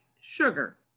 sugar